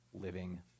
living